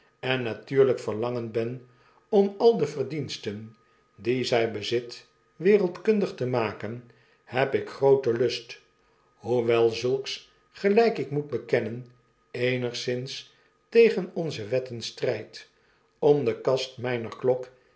en natuurlijk verlangend ben om al de verdiensten die zij bezit wereldkundig te maken heb ik grooten lust hoewel zulks gelijk ik moet bekennen eenigszins tegen onze wetten strijdt om de kast mijner klok